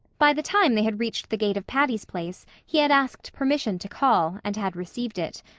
by the time they had reached the gate of patty's place he had asked permission to call, and had received it.